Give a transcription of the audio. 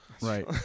Right